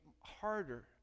harder